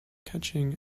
catching